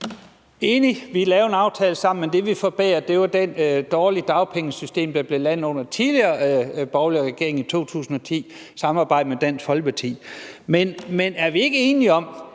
Enig – vi lavede en aftale sammen. Men det, vi forbedrede, var det dårlige dagpengesystem, der blev lavet under den tidligere borgerlige regering i 2010 i samarbejde med Dansk Folkeparti. Men er vi ikke enige om,